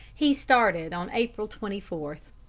he started on april twenty four.